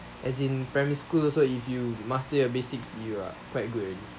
as in primary school also if you master your basics you are quite good already